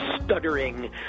stuttering